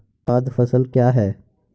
खाद्य फसल क्या है?